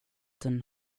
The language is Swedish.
den